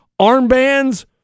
armbands